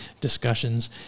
discussions